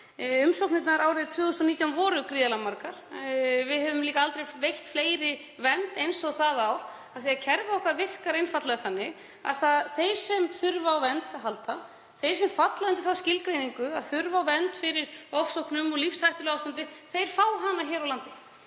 Umsóknirnar árið 2019 voru gríðarlega margar. Við höfum líka aldrei veitt fleirum vernd en það ár, af því að kerfið okkar virkar einfaldlega þannig að þeir sem þurfa á vernd að halda, þeir sem falla undir þá skilgreiningu að þurfa vernd gegn ofsóknum og lífshættulegu ástandi, fá hana hér á landi.